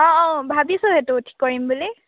অঁ অঁ ভাবিছোঁ সেইটো ঠিক কৰিম বুলি